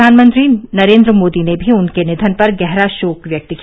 प्रधानमंत्री नरेंद्र मोदी ने भी उनके निधन पर गहरा शोक व्यक्त किया